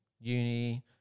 uni